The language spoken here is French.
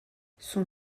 son